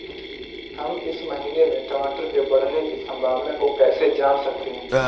हम इस महीने में टमाटर के बढ़ने की संभावना को कैसे जान सकते हैं?